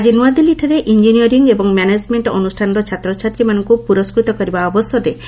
ଆଜି ନୂଆଦିଲ୍ଲୀଠାରେ ଇଞ୍ଜିନିୟରିଂ ଏବଂ ମ୍ୟାନେକମେଣ୍ଟ ଅନୁଷ୍ଠାନର ଛାତ୍ରଛାତ୍ରୀମାନଙ୍କୁ ପୁରସ୍କୃତ କରିବା ଅବସରରେ ସେ ଏହା କହିଛନ୍ତି